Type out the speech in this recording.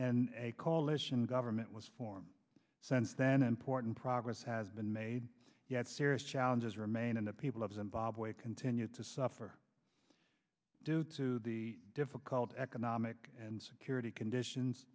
and a coalition government was formed since then important progress has been made yet serious challenges remain and the people of zimbabwe continue to suffer due to the difficult economic and security conditions